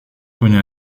connait